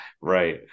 Right